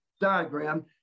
diagram